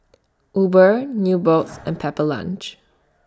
Uber Nubox and Pepper Lunch